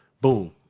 Boom